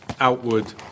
outward